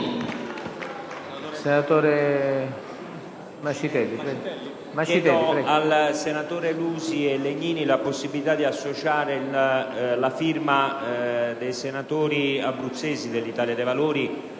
Chiedo ai senatori Lusi e Legnini la possibilità di aggiungere la firma dei senatori abruzzesi dell'Italia dei Valori,